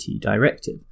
directive